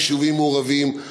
ליישובים מעורבים,